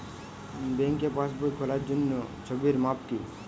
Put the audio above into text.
ব্যাঙ্কে পাসবই খোলার জন্য ছবির মাপ কী?